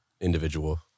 individual